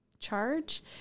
charge